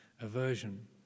aversion